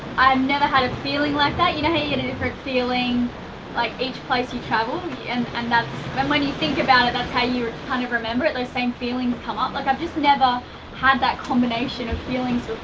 never had a feeling like that. you know how you get a different feeling like each place you travel, and and when when you think about it that's how you kind of remember it. those same feelings come up. like i've just never had that combination of feelings